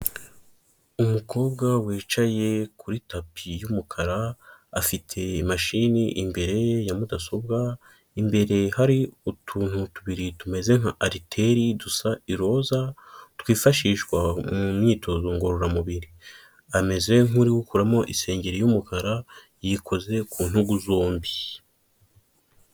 Umukobwa wicaye kuri tapi y'umukara afite imashini imbere ye ya mudasobwa, imbere hari utuntu tubiri tumeze nka ariteri dusa iroza, twifashishwa mu myitozo ngororamubiri ameze nk'uri gukuramo isengeri y'umukara yikoze ku ntugu zombi.